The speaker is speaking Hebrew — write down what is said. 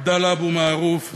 עבדאללה אבו מערוף,